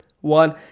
one